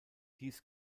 dies